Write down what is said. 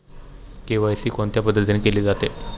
KYC कोणत्या पद्धतीने केले जाते?